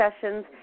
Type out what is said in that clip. sessions